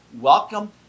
welcome